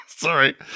sorry